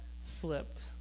slipped